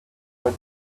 for